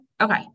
Okay